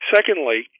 Secondly